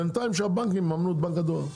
בינתיים הבנקים יממנו את בנק הדואר.